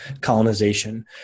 colonization